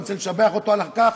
ואני רוצה לשבח אותו על כך.